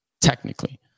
technically